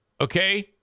Okay